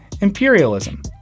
imperialism